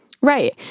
Right